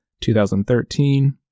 2013